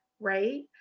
right